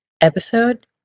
episode